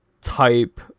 type